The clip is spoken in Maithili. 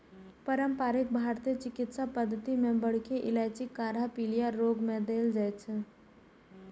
पारंपरिक भारतीय चिकित्सा पद्धति मे बड़की इलायचीक काढ़ा पीलिया रोग मे देल जाइ छै